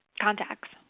contacts